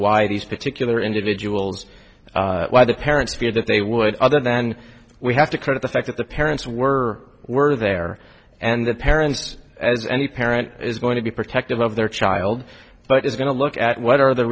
why these particular individuals why the parents fear that they would other than we have to credit the fact that the parents were were there and the parents as any parent is going to be protective of their child but it's going to look at what are the